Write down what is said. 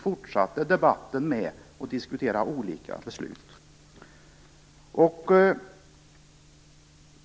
Debatten fortsatte med en diskussion om olika beslut.